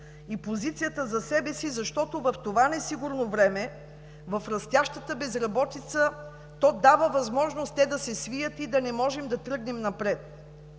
и позицията за себе си, защото в това несигурно време, в растящата безработица, то дава възможност те да се свият и да не можем да тръгнем напред.